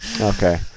Okay